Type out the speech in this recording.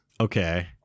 Okay